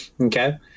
okay